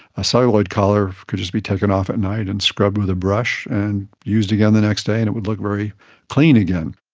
a celluloid collar could just be taken off at night and scrubbed with a brush and used again the next day and it would look very clean again.